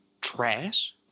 trash